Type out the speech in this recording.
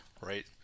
right